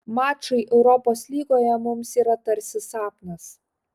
mačai europos lygoje mums yra tarsi sapnas